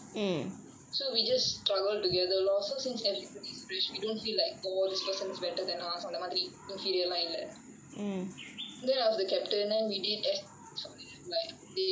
so we just struggled together lor so since everybody is fresh we don't feel like oh this person is better than us inferior life ah then I was the captain then we did S_Y_F like they choose